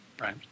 Right